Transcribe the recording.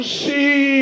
see